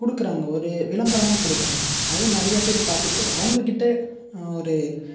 கொடுக்குறாங்க ஒரு விளம்பரமாக கொடுக்குறாங்க அது நிறைய பேர் பார்த்துட்டு அவங்க கிட்ட ஒரு